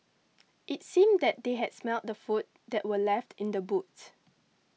it seemed that they had smelt the food that were left in the boots